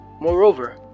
Moreover